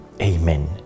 Amen